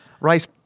Rice